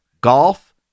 golf